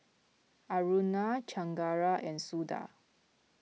Aruna Chengara and Suda